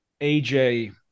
AJ